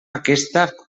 aquesta